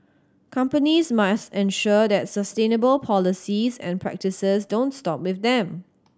companies must ensure that sustainable policies and practices don't stop with them